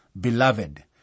Beloved